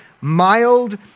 mild